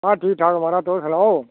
हां ठीक ठाक महाराज तुस सनाओ